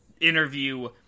interview